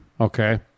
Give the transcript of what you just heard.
okay